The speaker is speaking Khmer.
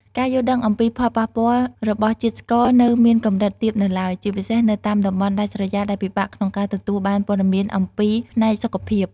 ការយល់ដឹងអំពីផលប៉ះពាល់របស់ជាតិស្ករនៅមានកម្រិតទាបនៅឡើយ ជាពិសេសនៅតាមតំបន់ដាច់ស្រយាលដែលពិបាកក្នុងការទទួលបានព័ត៌មានអប់រំផ្នែកសុខភាព។